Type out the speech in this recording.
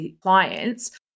clients